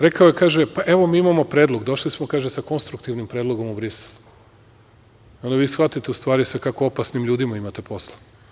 Rekao je – evo, mi imamo predlog, došli smo sa konstruktivnim predlogom u Brisel i onda vi shvatite sa kako opasnim ljudima imate posla.